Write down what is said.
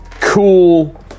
Cool